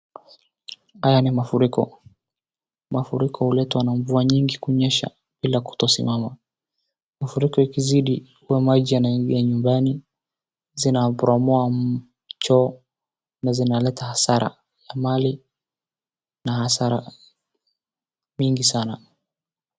Haya ni mafriko. Mafriko huletwa na mvua nyingi kunyesha bila kutosimama ,mafriko ikizidi huwa maji yanaingia ndani zinaporomoa choo na zinaleta hasara mingi sana.